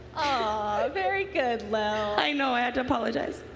ah very good, lily. i know, i had to apologize.